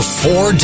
four